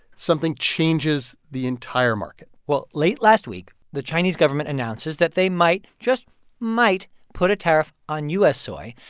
something changes the entire market well, late last week, the chinese government announces that they might just might put a tariff on u s. soy.